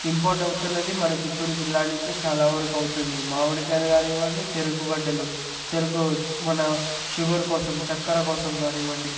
import అవుతున్నది మన చిత్తూరు జిల్లా నుంచే చాలా వరకు అవుతుంది మామిడికాయలు కానివ్వండి చెరుకు గడ్డలు చెరుకు మన షుగర్ కోసం చక్కెర కోసం కానివ్వండి